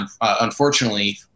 unfortunately